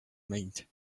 mind